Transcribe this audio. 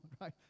right